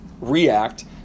react